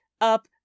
up